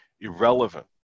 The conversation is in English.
irrelevant